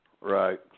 Right